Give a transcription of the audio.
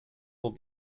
will